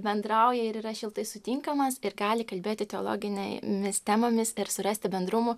bendrauja ir yra šiltai sutinkamas ir gali kalbėti teologinėmis temomis ir surasti bendrumų